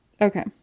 Okay